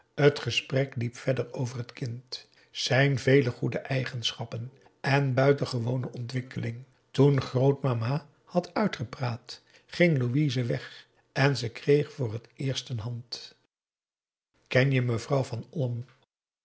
t gesprek liep verder over het kind zijn vele goede eigenschappen en buitengewone ontwikkeling toen grootmama had uitgepraat ging louise weg en ze kreeg voor het eerst een hand ken je mevrouw van olm